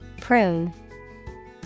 Prune